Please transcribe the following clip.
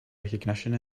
recognition